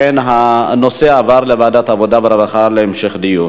אכן, הנושא עבר לוועדת העבודה והרווחה להמשך דיון.